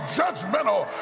judgmental